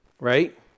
right